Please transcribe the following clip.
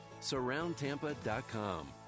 SurroundTampa.com